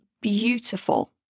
beautiful